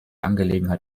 angelegenheit